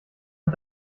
mit